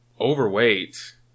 overweight